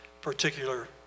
particular